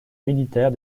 militaire